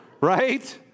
Right